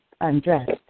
undressed